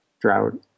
drought